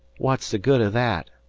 what's the good of that?